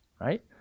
right